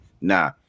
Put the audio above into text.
nah